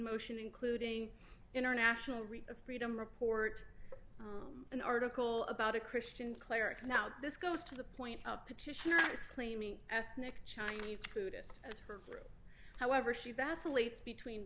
motion including international read of freedom report an article about a christian cleric an out this goes to the point of petitioners claiming ethnic chinese food as as however she vacillates between